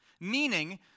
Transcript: meaning